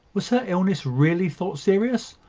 was her illness really thought serious,